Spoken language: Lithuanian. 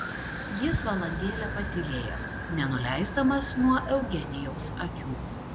jis valandėlę patylėjo nenuleisdamas nuo eugenijaus akių